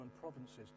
provinces